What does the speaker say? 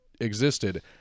existed